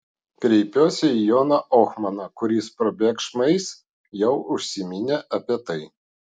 kreipiuosi į joną ohmaną kuris probėgšmais jau užsiminė apie tai